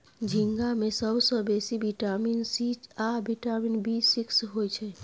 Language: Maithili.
झींगा मे सबसँ बेसी बिटामिन सी आ बिटामिन बी सिक्स होइ छै